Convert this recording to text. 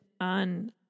on